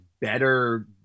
better